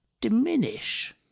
diminish